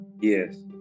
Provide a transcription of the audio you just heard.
Yes